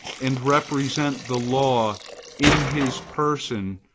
and represent the law in his person,